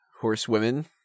horsewomen